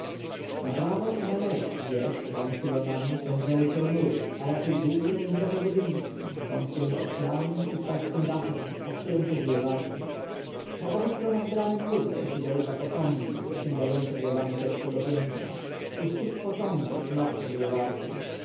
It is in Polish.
prawo i na lewo od wież zwanych pylonami ciągnęły się mury a raczej długie piętrowe budynki z wąskiemi oknami i płaskim dachem po którym chodziły warty po obu stronach bramy głównej siedziały dwa posągi dosięgające głowami pierwszego piętra u stóp posągów znowu chodziły warty